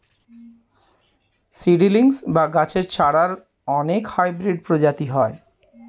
seedlings বা গাছের চারার অনেক হাইব্রিড প্রজাতি হয়